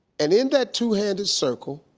and in that two-handed circle,